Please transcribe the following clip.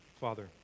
Father